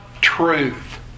truth